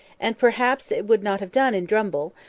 and, perhaps, it would not have done in drumble,